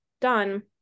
done